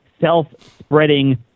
self-spreading